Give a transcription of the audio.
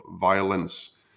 violence